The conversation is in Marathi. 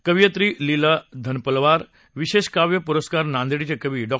कवयित्री लीला धनपलवार विशेष काव्य पुरस्कार नांदेडचे कवी डॉ